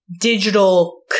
digital